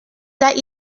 that